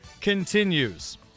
continues